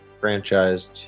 franchised